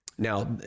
Now